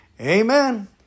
Amen